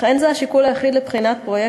אך שיקול זה אינו היחיד בבחינת פרויקטים.